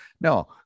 no